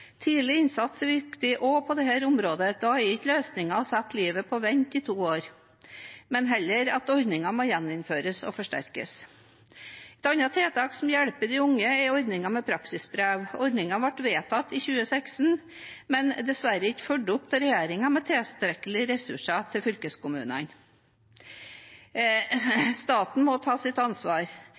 Tidlig innsats er viktig, også på dette området. Da er ikke løsningen å sette livet på vent i to år, men heller at ordningen må gjeninnføres og forsterkes. Et annet tiltak som hjelper de unge, er ordningen med praksisbrev. Ordningen ble vedtatt i 2016, men er dessverre ikke fulgt opp av regjeringen med tilstrekkelige ressurser til fylkeskommunene. Staten må ta sitt ansvar.